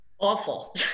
awful